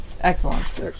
Excellent